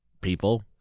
people